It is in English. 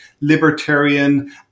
libertarian